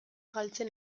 galtzen